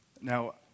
Now